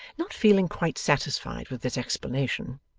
not feeling quite satisfied with this explanation,